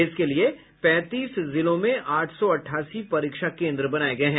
इसके लिये पैंतीस जिलों में आठ सौ अठासी परीक्षा केन्द्र बनाये गये हैं